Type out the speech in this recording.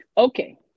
Okay